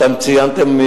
אתם ציינתם,